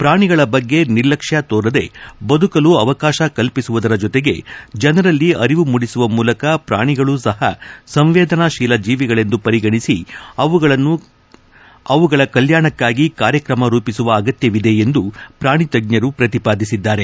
ಪ್ರಾಣಿಗಳ ಬಗ್ಗೆ ನಿರ್ಲಕ್ಷ್ಯ ತೋರದೆ ಬದುಕಲು ಅವಕಾಶ ಕಲ್ಪಿಸುವುದರ ಜೊತೆಗೆ ಜನರಲ್ಲಿ ಅರಿವು ಮೂಡಿಸುವ ಮೂಲಕ ಪ್ರಾಣಿಗಳೂ ಸಪ ಸಂವೇದನಾತೀಲ ಜೀವಿಗಳೆಂದು ಪರಿಗಣಿಸಿ ಅವುಗಳ ಕಲ್ಲಾಣಕ್ಕಾಗಿ ಕಾರ್ಯಕ್ರಮ ರೂಪಿಸುವ ಅಗತ್ತವಿದೆ ಎಂದು ಪ್ರಾಣಿ ತಜ್ಜರು ಶ್ರತಿಪಾದಿಸಿದ್ದಾರೆ